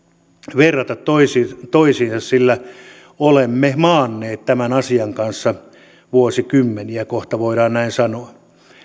verrata toisiinsa toisiinsa sillä olemme maanneet tämän asian kanssa vuosikymmeniä kohta voidaan näin sanoa